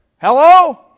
Hello